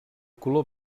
color